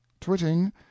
twitting